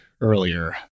earlier